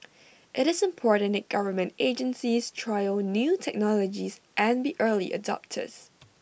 IT is important that government agencies trial new technologies and be early adopters